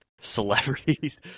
celebrities